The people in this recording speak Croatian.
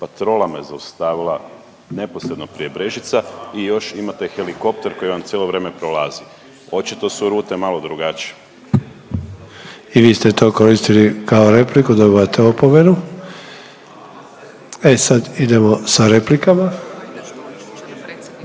Patrola me zaustavila neposredno prije Brežica i još imate helikopter koji vam cijelo vrijeme prolazi. Očito su rute malo drugačije. **Sanader, Ante (HDZ)** I vi ste to koristili kao repliku, dobivate opomenu. E sad idemo sa replikama.